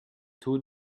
taux